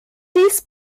dies